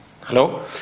Hello